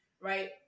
right